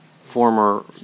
former